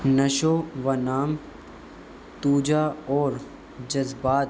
نشو و نام توجہ اور جذبات